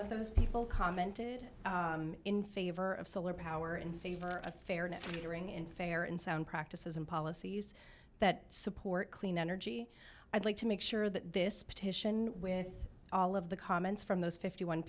of those people commented in favor of solar power in favor of fairness to bring in fair and sound practices and policies that support clean energy i'd like to make sure that this petition with all of the comments from those fifty one